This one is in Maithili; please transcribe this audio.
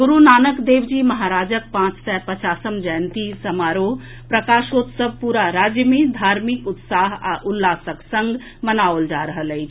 गुरू नानक देव जी महाराज केँ पांच सय पचासम जयंती समारोह प्रकाशोत्सव पूरा राज्य मे धार्मिक उत्साह आ उल्लासक संग मनाओल जा रहल अछि